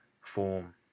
form